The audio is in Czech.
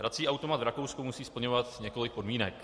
Hrací automat v Rakousku musí splňovat několik podmínek.